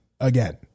Again